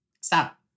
Stop